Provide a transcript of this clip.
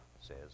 says